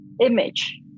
image